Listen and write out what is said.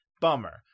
bummer